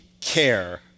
care